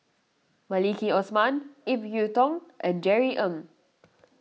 Maliki Osman Ip Yiu Tung and Jerry Ng